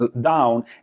down